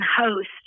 host